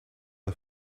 off